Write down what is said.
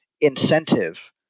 incentive